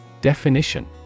Definition